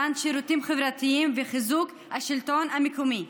מתן שירותים חברתיים וחיזוק השלטון המקומי,